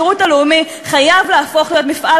השירות הלאומי חייב להפוך להיות מפעל